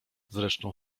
zresztą